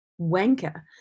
wanker